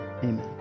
Amen